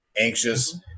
anxious